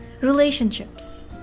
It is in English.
relationships